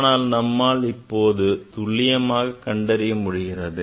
ஆனால் நம்மால் இப்போது துல்லியமாக கண்டறிய முடிகிறது